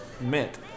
Mint